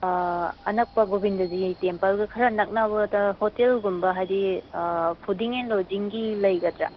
ꯑꯅꯛꯄ ꯒꯣꯚꯤꯟꯗꯖꯤ ꯇꯦꯝꯄꯜꯒ ꯈꯔ ꯅꯛꯅꯕꯗ ꯍꯣꯇꯦꯜꯒꯨꯝꯕ ꯍꯥꯏꯗꯤ ꯐꯨꯠꯗꯤꯡ ꯑꯦꯟ ꯂꯣꯗꯤꯡꯒꯤ ꯂꯩꯒꯗ꯭ꯔꯥ